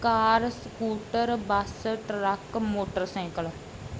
car scooter bus truck motorcycle